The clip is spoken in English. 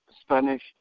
Spanish